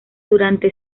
durante